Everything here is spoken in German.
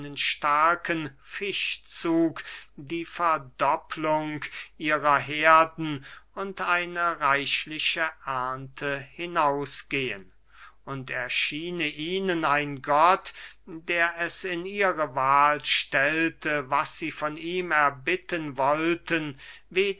starken fischzug die verdopplung ihrer herden und eine reichliche ernte hinausgehen und erschiene ihnen ein gott der es in ihre wahl stellte was sie von ihm erbitten wollten